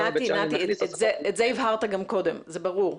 זה ברור.